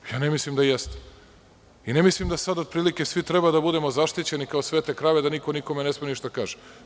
Ja ne mislim da jeste i ne mislim da sada otprilike svi treba da budemo zaštićeni kao svete krave, da niko nikome ne sme ništa da kaže.